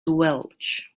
welch